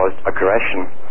aggression